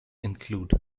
include